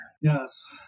Yes